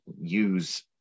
use